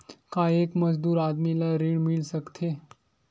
का एक मजदूर आदमी ल ऋण मिल सकथे?